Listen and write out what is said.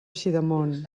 sidamon